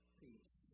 peace